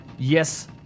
Yes